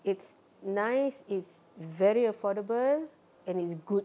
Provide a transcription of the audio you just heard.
it's nice it's very affordable and it's good